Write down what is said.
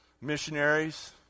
missionaries